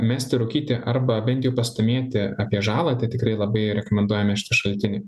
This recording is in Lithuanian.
mesti rūkyti arba bent jau pasidomėti apie žalą tai tikrai labai rekomenduojami šiti šaltiniai